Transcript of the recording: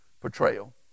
portrayal